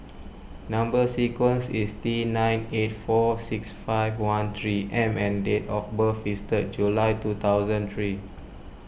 Number Sequence is T nine eight four six five one three M and date of birth is third July two thousand three